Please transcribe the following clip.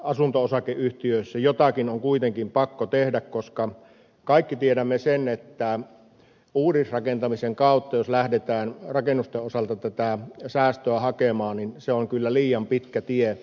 asunto osakeyhtiöissä jotakin on kuitenkin pakko tehdä koska kaikki tiedämme sen että jos uudisrakentamisen kautta lähdetään rakennusten osalta tätä säästöä hakemaan niin se on kyllä liian pitkä tie